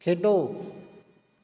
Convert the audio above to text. ਖੇਡੋ